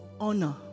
honor